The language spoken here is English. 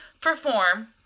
perform